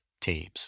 teams